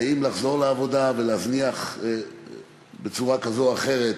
אם לחזור לעבודה ולהזניח בצורה כזאת אחרת